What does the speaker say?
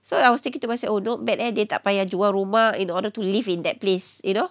so I was thinking to myself oh not bad eh dia tak payah jual rumah in order to live in that place you know